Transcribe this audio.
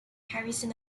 harrison